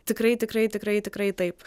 tikrai tikrai tikrai tikrai taip